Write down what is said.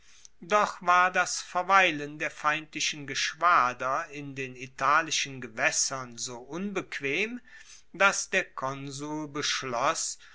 doch war das verweilen der feindlichen geschwader in den italischen gewaessern so unbequem dass der konsul beschloss